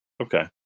okay